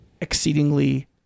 exceedingly